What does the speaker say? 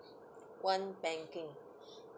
one banking